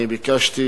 אני ביקשתי,